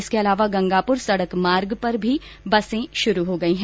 इसके अलावा गंगापुर सड़क मार्ग पर भी बसे शुरू हो गयी हैं